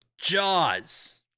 Jaws